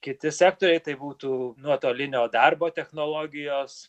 kiti sektoriai tai būtų nuotolinio darbo technologijos